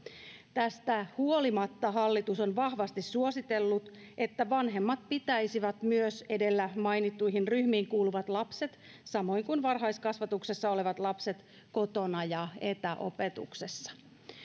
tästä huolimatta hallitus on vahvasti suositellut että vanhemmat pitäisivät myös edellä mainittuihin ryhmiin kuuluvat lapset samoin kuin varhaiskasvatuksessa olevat lapset kotona ja etäopetuksessa